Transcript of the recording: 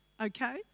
okay